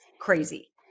crazy